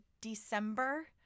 December